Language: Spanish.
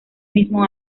mismo